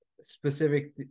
specific